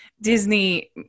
Disney